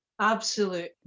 absolute